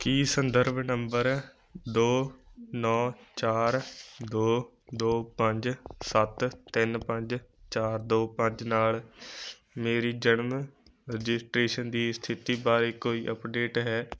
ਕੀ ਸੰਦਰਭ ਨੰਬਰ ਦੋ ਨੌਂ ਚਾਰ ਦੋ ਦੋ ਪੰਜ ਸੱਤ ਤਿੰਨ ਪੰਜ ਚਾਰ ਦੋ ਪੰਜ ਨਾਲ ਮੇਰੀ ਜਨਮ ਰਜਿਸਟ੍ਰੇਸ਼ਨ ਦੀ ਸਥਿਤੀ ਬਾਰੇ ਕੋਈ ਅਪਡੇਟ ਹੈ